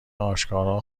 آشکارا